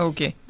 Okay